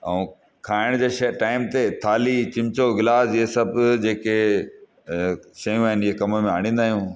ऐं खाइण जे शइ टाइम ते थाली चिमचो गिलास इहे सभु जेके शयूं आहिनि जेका आणिंदा आहियूं